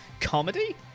Comedy